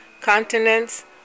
continents